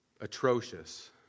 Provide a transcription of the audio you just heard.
atrocious